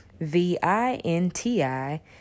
V-I-N-T-I